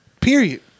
Period